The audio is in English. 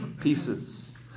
pieces